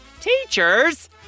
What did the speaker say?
teachers